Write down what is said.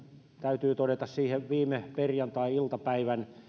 täytyy todeta siihen viime perjantai iltapäivän